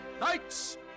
Knights